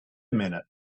minute